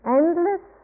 endless